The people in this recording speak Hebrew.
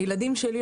הילדים שלי,